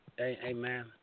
Amen